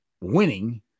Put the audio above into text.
winning